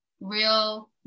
real